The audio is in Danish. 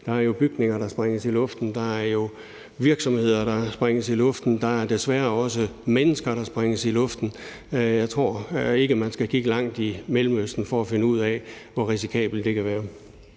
Der er jo bygninger, der sprænges i luften, der er virksomheder, der sprænges i luften, og der er desværre også mennesker, der sprænges i luften. Jeg tror ikke, man skal kigge langt i Mellemøsten for at finde ud af, hvor risikabelt det kan være.